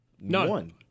None